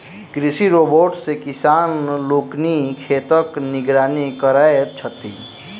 कृषि रोबोट सॅ किसान लोकनि खेतक निगरानी करैत छथि